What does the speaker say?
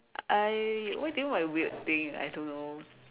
I what do you mean by weird thing I don't know